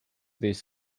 these